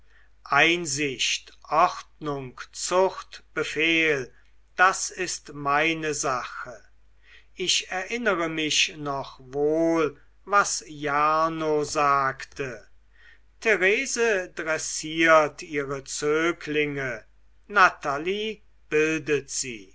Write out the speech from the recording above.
einsicht ordnung zucht befehl das ist meine sache ich erinnere mich noch wohl was jarno sagte therese dressiert ihre zöglinge natalie bildet sie